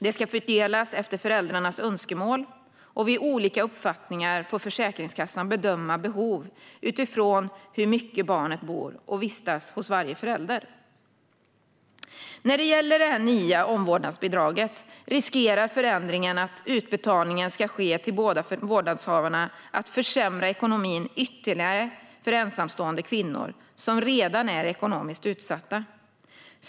Det ska fördelas efter föräldrarnas önskemål, och vid olika uppfattningar får Försäkringskassan bedöma behov utifrån hur mycket barnet bor och vistas hos varje förälder. När det gäller det nya omvårdnadsbidraget riskerar förändringen att utbetalning ska ske till båda vårdnadshavarna att försämra ekonomin ytterligare för ensamstående kvinnor, som redan är ekonomiskt utsatta.